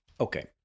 Okay